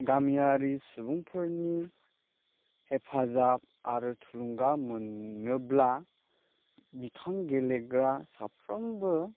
गामियारि सुबुंफोरनि हेफाजाब आरो थुलुंगा मोनोब्ला बिथां गेलेग्रा साफ्रोमबो